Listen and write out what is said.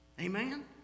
Amen